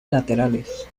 laterales